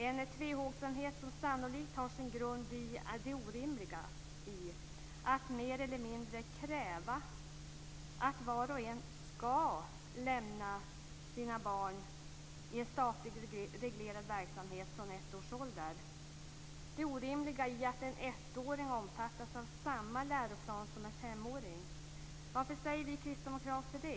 En tvehågsenhet som sannolikt har sin grund i det orimliga i att mer eller mindre kräva att var och en skall lämna sina barn i en statligt reglerad verksamhet från ett års ålder och det orimliga i att en ettåring omfattas av samma läroplan som en femåring. Varför säger vi kristdemokrater det?